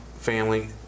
family